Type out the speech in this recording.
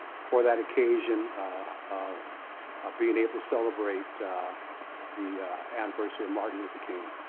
for that occasion of being able to celebrate the anniversary of martin luther king.